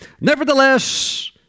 Nevertheless